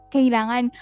Kailangan